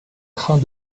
trains